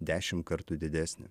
dešimt kartų didesnė